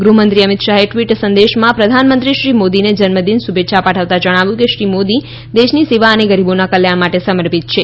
ગૃહમંત્રી અમિત શાહે ટ્વીટ સંદેશમાં પ્રધાનમંત્રી શ્રી મોદીને જન્મ દિન શુભેચ્છા પાઠવતા જણાવ્યું કે શ્રી મોદી દેશની સેવા અને ગરીબોના કલ્યાણ માટે સમર્પિત છે